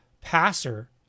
passer